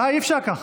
די, אי-אפשר ככה.